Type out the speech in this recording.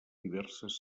diverses